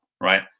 right